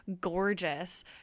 gorgeous